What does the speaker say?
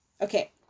okay